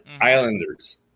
Islanders